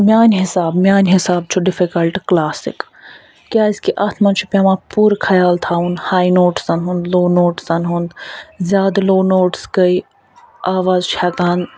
میانہِ حساب میانہِ حسابہ چھُ ڈِفِکَلٹ کلاسک کیازکہِ اتھ مَنٛز چھُ پیٚوان پوٗرٕ خیال تھاوُن ہاے نوٹسَن ہُنٛد لو نوٹسَن ہُنٛد زیادٕ لو نوٹس گے آواز چھِ ہیٚکان